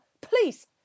please